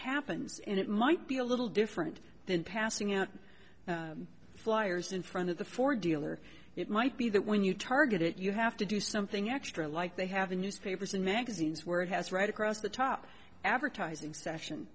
happens and it might be a little different than passing out flyers in front of the ford dealer it might be that when you target it you have to do something extra like they have in newspapers and magazines where it has right across the top advertising session